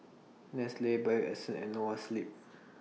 Nestle Bio Essence and Noa Sleep